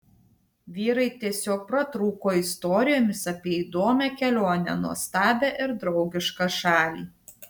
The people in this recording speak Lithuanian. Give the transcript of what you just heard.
vyrai tiesiog pratrūko istorijomis apie įdomią kelionę nuostabią ir draugišką šalį